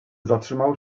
zatrzymał